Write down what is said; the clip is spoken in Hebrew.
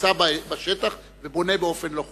נמצא בשטח ובונה באופן לא חוקי,